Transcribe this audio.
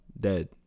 dead